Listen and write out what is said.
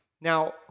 Now